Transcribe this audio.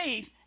faith